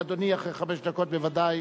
ואדוני, אחרי חמש דקות בוודאי,